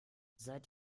seid